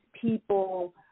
people